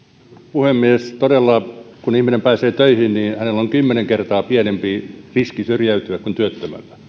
puhemies todella kun ihminen pääsee töihin hänellä on kymmenen kertaa pienempi riski syrjäytyä kuin työttömällä kun